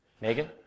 Megan